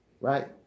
right